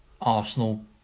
Arsenal